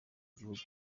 gihugu